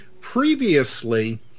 previously